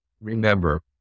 remember